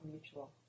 mutual